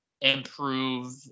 improve